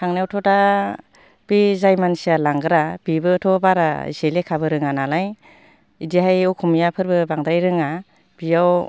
थांनायावथ' दा बे जाय मानसिया लांग्रा बेबोथ' बारा एसे लेखाबो रोङा नालाय बिदिहाय अखमियाफोरबो बांद्राय रोङा बेयाव